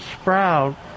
sprout